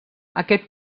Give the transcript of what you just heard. aquest